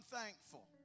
thankful